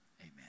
Amen